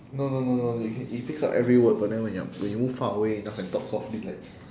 no no no no it ca~ it picks up every word but then when you are when you move far away enough and talk softly like